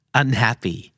unhappy